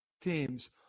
teams